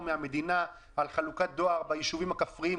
מהמדינה על חלוקת דואר ביישובים הכפריים,